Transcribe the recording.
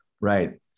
Right